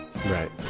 Right